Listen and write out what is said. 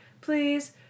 please